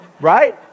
right